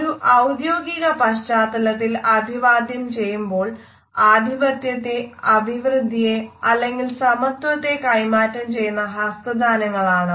ഒരു ഔദ്യോഗിക പശ്ചാത്തലത്തിൽ അഭിവാദ്യം ചെയ്യുമ്പോൾ ആധിപത്യത്തെ അഭിവൃദ്ധിയെ അല്ലെങ്കിൽ സമത്വത്തെ കൈമാറ്റം ചെയ്യുന്ന ഹസ്തദാനങ്ങളാണവ